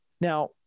Now